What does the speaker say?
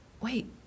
wait